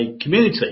community